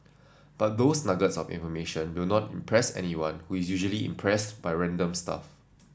but those nuggets of information will not impress anyone who is usually impressed by random stuff